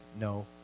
No